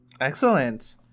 Excellent